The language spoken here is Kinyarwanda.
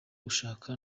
gushaka